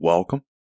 Welcome